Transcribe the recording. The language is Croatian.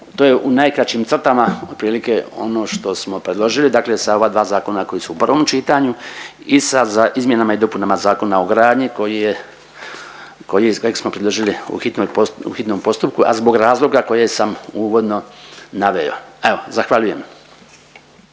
to je u najkraćim crtama otprilike, ono što smo predložili. Dakle sa ova dva zakona koji su u prvom čitanju i sa izmjenama i dopunama Zakona o gradnji koji je, kojeg smo predložili u hitnoj, u hitnom postupku, a zbog razloga kojeg sam uvodno naveo. Evo, zahvaljujem.